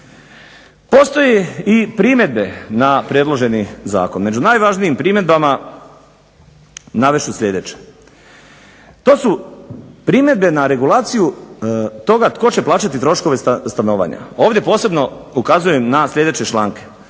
Postoje i primjedbe na predloženi zakon. Među najvažnijim primjedbama navest ću sljedeće. To su primjedbe na regulaciju toga tko će plaćati troškove stanovanja. Ovdje posebno ukazujem na sljedeće članke.